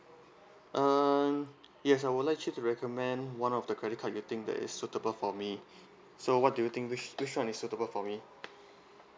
uh yes I would like you to recommend one of the credit card you think that is suitable for me so what do you think which which [one] is suitable for me